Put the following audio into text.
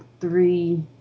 three